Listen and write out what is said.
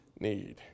Need